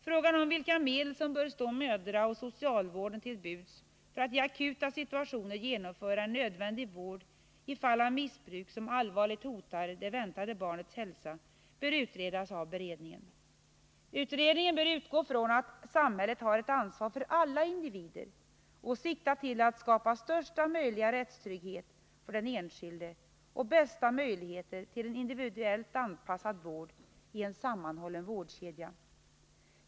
Frågan om vilka medel som bör stå mödraoch socialvården till buds för att i akuta situationer genomföra en nödvändig vård i fall av missbruk som allvarligt hotar det väntade barnets hälsa bör utredas av beredningen. Utredningen bör utgå ifrån att samhället har ett ansvar för alla individer och sikta till att skapa största möjliga rättstrygghet för den enskilde och bästa möjligheter till en individuellt anpassad vård i en sammanhållen vårdkedja.